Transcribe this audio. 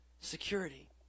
Security